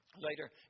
later